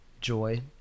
joy